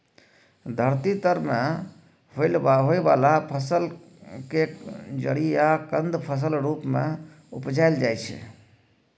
धरती तर में होइ वाला फसल केर जरि या कन्द फसलक रूप मे उपजाइल जाइ छै